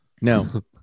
No